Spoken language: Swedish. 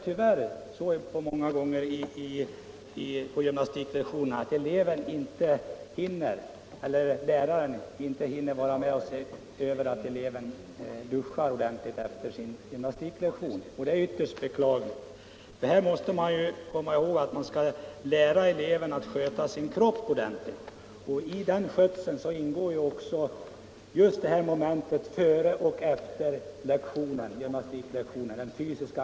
Tyvärr förekommer det i dag ofta att lärarna inte hinner se till att eleverna duschar efter gymnastiken, och det är ytterst beklagligt. Eleverna måste läras att sköta sin fysik, och i den skötseln ingår just dessa moment före och efter gymnaastiklektionerna.